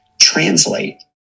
translate